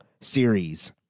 series